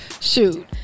shoot